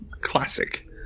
classic